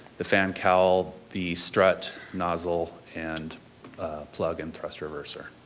the fan cowl, the strut, nozzle, and plug and thrust reverser.